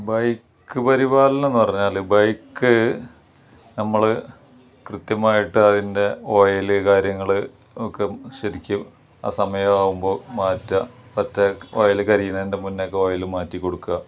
bike പരിപാലനം എന്ന് പറഞ്ഞാൽ ബൈക്ക് നമ്മൾ കൃത്യമായിട്ട് അതിൻ്റെ ഓയിൽ കാര്യങ്ങൾ ഒക്കെ ശരിക്കും ആ സമയമാകുമ്പോൾ മാറ്റുക മറ്റേ ഓയിൽ കരിയുന്നതിൻ്റെ മുന്നേ ഒ ക്കെ ഓയിൽ മാറ്റി കൊടുക്കുക